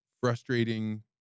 frustrating